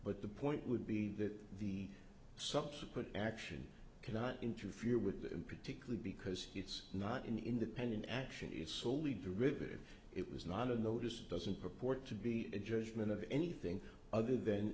but the point would be that the subsequent action cannot interfere with that in particular because it's not an independent action is soley derivative it was not a notice it doesn't purport to be a judgment of anything other than